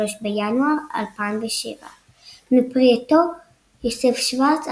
3 בינואר 2007 מפרי עטו יוסף שורץ,